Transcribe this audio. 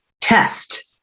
test